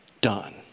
done